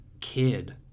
kid